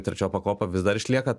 trečia pakopa vis dar išlieka